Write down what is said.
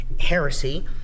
heresy